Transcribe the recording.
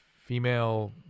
female